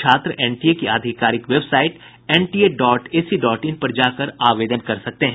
छात्र एनटीए की आधिकारिक website NTA dot ac dot in पर जाकर आवेदन कर सकते हैं